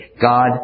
God